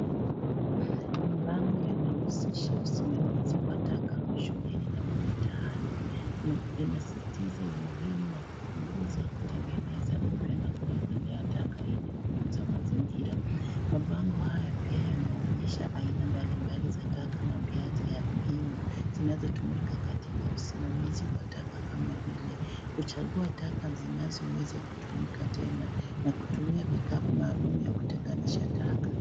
Mabango yanahusisha usimamizi wa taka mashuleni na mamitaani inasisitiza umuhimu wa kupunguza kutengeneza upya na kureelea taka ili kutunza mazingira mabango hjaya pia yanaonyesha aina mbalimbali za taka na mbinu zinazotumika katika usimamizi wa taka kama vile kuchagua taka zinazoweza kutumika tena na kutumia vikapu maalum vya kutenganisha taka.